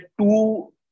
two